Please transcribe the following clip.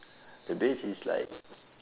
the beach is like